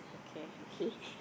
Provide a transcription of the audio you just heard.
okay